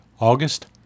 August